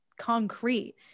concrete